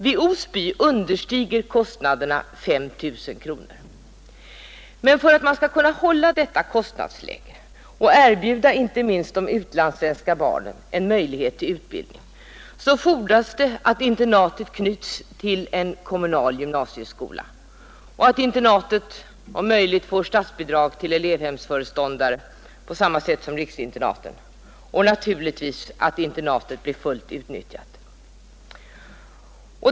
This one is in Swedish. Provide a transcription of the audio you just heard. Vid Osby internatläroverk understiger kostnaden 5 000 kronor. Men för att man skall kunna hålla detta kostnadsläge och erbjuda inte minst de utlandssvenska barnen en möjlighet till utbildning fordras det att internatet knyts till en kommunal gymnasieskola och att internatet om möjligt får statsbidrag till elevhemsföreståndare på samma sätt som riksinternaten samt naturligtvis att internatet blir fullt utnyttjat.